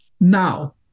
now